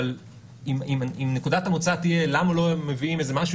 אבל אם נקודת המוצא תהיה למה לא מביאים איזה משהו